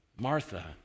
Martha